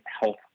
health